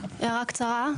הערה קצרה.